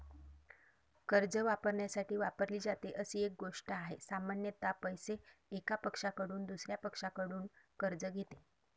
कर्ज वापरण्यासाठी वापरली जाते अशी एक गोष्ट आहे, सामान्यत पैसे, एका पक्षाकडून दुसर्या पक्षाकडून कर्ज घेते